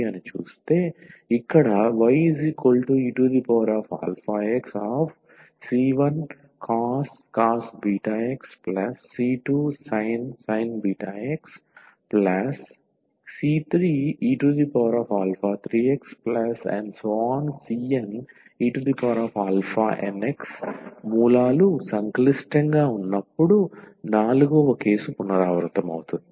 కాబట్టి ఇక్కడ yeαxc1cos βx c2sin βx c3e3xcnenx మూలాలు సంక్లిష్టంగా ఉన్నప్పుడు IV కేసు పునరావృతమవుతుంది